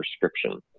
prescription